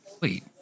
Wait